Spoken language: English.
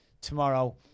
tomorrow